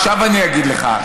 עכשיו אני אגיד לך,